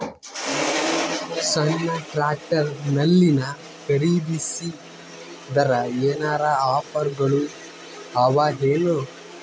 ಸಣ್ಣ ಟ್ರ್ಯಾಕ್ಟರ್ನಲ್ಲಿನ ಖರದಿಸಿದರ ಏನರ ಆಫರ್ ಗಳು ಅವಾಯೇನು?